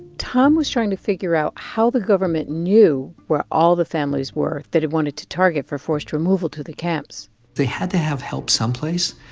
tom was trying to figure out how the government knew where all the families were that it wanted to target for forced removal to the camps they had to have help some place.